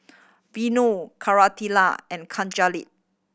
Vanu Koratala and